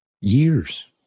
years